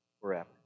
forever